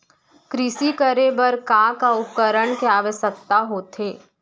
कृषि करे बर का का उपकरण के आवश्यकता होथे?